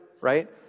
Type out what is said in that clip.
Right